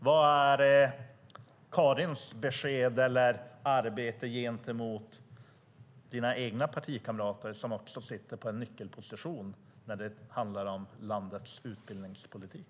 Vad är Karins besked till eller arbete gentemot de egna partikamraterna som också sitter på nyckelpositioner när det handlar om landets utbildningspolitik?